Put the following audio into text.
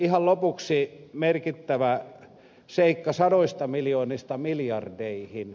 ihan lopuksi merkittävä seikka sadoista miljoonista miljardeihin